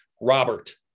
Robert